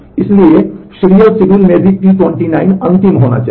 इसलिए serial schedule में भी T29 अंतिम होना चाहिए